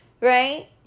Right